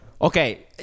Okay